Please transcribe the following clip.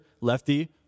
lefty